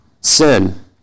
sin